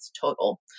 total